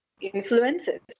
influences